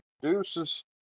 Deuces